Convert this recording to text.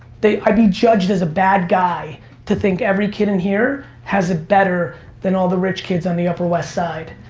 i'd be judged as a bad guy to think every kid in here has it better than all the rich kids on the upper west side.